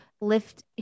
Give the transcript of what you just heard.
lift